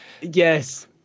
yes